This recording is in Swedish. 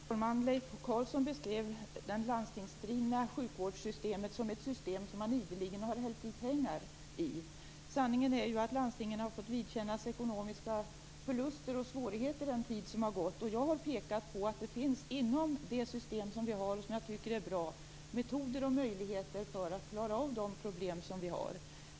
Herr talman! Leif Carlson beskrev det landstingsdrivna sjukvårdssystemet som ett system som man ideligen har hällt pengar i. Sanningen är att landstingen har fått vidkännas ekonomiska förluster och svårigheter under den tid som har gått. Jag har pekat på att det inom det system som vi har, som jag tycker är bra, finns metoder för och möjligheter att klara av de problem som vi har.